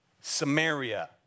Samaria